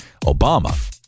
Obama